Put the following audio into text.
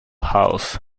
house